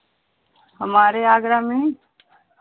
हमारे आगरा में